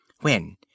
when